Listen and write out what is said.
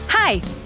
Hi